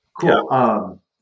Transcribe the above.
Cool